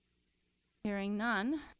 hearing none,